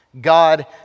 God